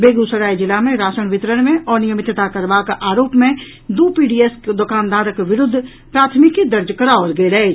बेगूसराय जिला मे राशन वितरण मे अनियमितता करबाक आरोप मे दू पीडीएस दोकानदारक विरूद्ध प्राथमिकी दर्ज कराओल गेल अछि